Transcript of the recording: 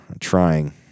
trying